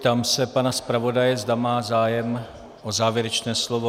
Ptám se pana zpravodaje, zda má zájem o závěrečné slovo.